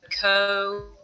Co